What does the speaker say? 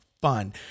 fun